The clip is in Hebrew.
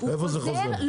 איפה זה חוזר?